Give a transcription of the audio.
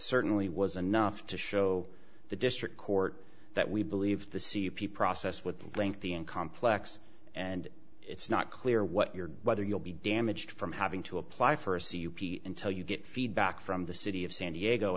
certainly was enough to show the district court that we believe the c p process with the lengthy and complex and it's not clear what your whether you'll be damaged from having to apply for until you get feedback from the city of san diego